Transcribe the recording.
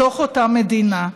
בתוך אותה מדינה.